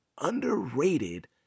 underrated